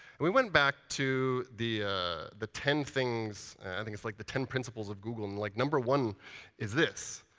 we went back to the the ten things i think it's like the ten principles of google. and like number one is this.